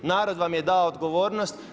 Narod vam je dao odgovornost.